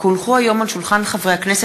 כי הונחו היום של שולחן הכנסת,